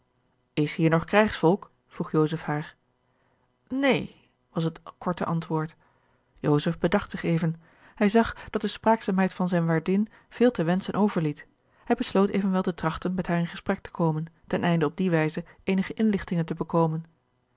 is hier nog krijgsvolk vroeg joseph haar neen was het korte antwoord joseph bedacht zich even hij zag dat de spraakzaamheid van zijne waardin veel te wenschen overliet hij besloot evenwel te trachten met haar in gesprek te komen ten einde op die wijze eenige inlichtingen te bekomen